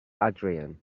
adrian